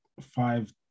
five